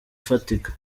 ufatika